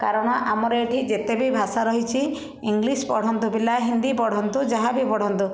କାରଣ ଆମର ଏଠି ଯେତେ ବି ଭାଷା ରହିଛି ଇଂଲିଶ୍ ପଢ଼ନ୍ତୁ ପିଲା ହିନ୍ଦୀ ପଢ଼ନ୍ତୁ ଯାହା ବି ପଢ଼ନ୍ତୁ